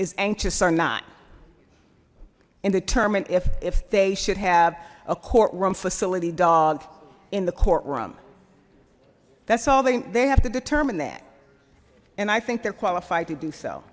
is anxious or not and determine if if they should have a courtroom facility dog in the courtroom that's all they they have to determine that and i think they're qualified to do so